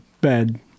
bad